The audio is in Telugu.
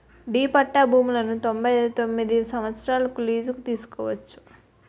డి పట్టా భూములను తొంభై తొమ్మిది సంవత్సరాలకు లీజుకు తీసుకోవచ్చును